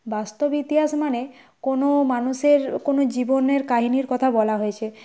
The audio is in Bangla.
বাস্তব ইতিহাস মানে কোনও মানুষের কোনও জীবনের কাহিনীর কথা বলা হয়েছে